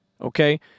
okay